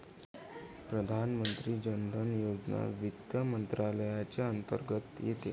प्रधानमंत्री जन धन योजना वित्त मंत्रालयाच्या अंतर्गत येते